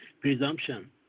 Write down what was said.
presumption